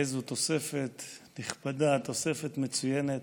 איזו תוספת נכבדה, תוספת מצוינת